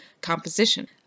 composition